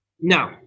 No